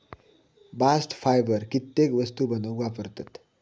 bast fibre कित्येक वस्तू बनवूक वापरतत